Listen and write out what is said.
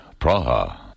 Praha